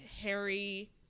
harry